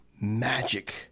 magic